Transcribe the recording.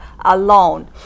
alone